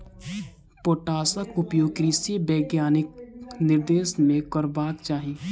पोटासक उपयोग कृषि वैज्ञानिकक निर्देशन मे करबाक चाही